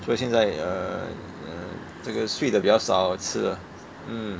所以现在 uh 这个睡的比较少也是的 mm